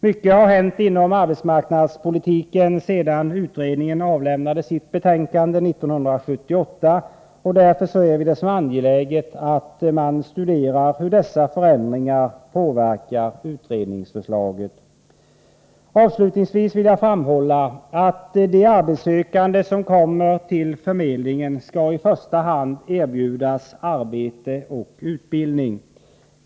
Mycket har hänt inom arbetsmarknadspolitiken sedan utredningen avlämnade sitt betänkande 1978, och därför anser vi det vara angeläget att studera hur dessa förändringar påverkar utredningsförslaget. Avslutningsvis vill jag framhålla att de arbetssökande som kommer till förmedlingen i första hand skall erbjudas arbete och utbildning.